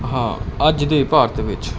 ਹਾਂ ਅੱਜ ਦੇ ਭਾਰਤ ਵਿੱਚ